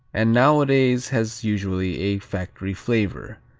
and nowadays has usually a factory flavor.